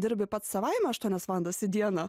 dirbi pats savaime aštuonias valandas į dieną